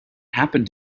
happened